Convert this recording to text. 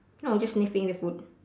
no just sniffing the food